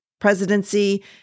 presidency